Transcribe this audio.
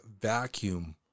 vacuum